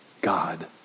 God